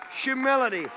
humility